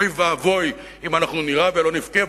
אוי ואבוי אם אנחנו נירה ולא נבכה,